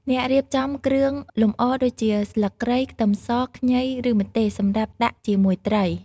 អាចរៀបចំគ្រឿងលម្អដូចជា ស្លឹកគ្រៃ ខ្ទឹមស ខ្ញី ឬម្ទេស សម្រាប់ដាក់ជាមួយត្រី។